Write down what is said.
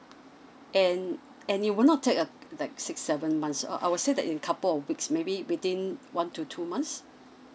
and and it will not take uh like six seven months uh I would say that in couple of weeks maybe within one to two months